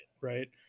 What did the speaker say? Right